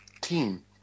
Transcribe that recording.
team